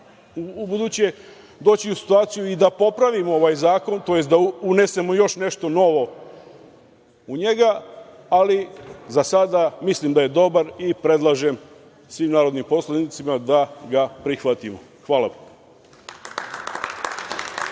ubuduće doći u situaciju i da popravimo ovaj zakon, tj. da unesemo još nešto novo u njega, ali za sada mislim da je dobar i predlažem svim narodnim poslanicima da ga prihvatimo. Hvala.(Nataša